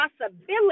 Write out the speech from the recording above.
possibility